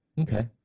Okay